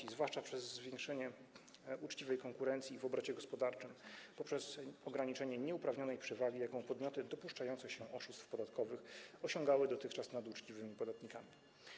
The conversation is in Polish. Chodzi zwłaszcza o zwiększenie poziomu uczciwej konkurencji w obrocie gospodarczym przez ograniczenie nieuprawnionej przewagi, jaką podmioty dopuszczające się oszustw podatkowych osiągały dotychczas nad uczciwymi podatnikami.